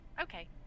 okay